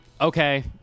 okay